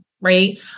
right